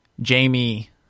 Jamie